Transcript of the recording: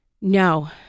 No